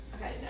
Okay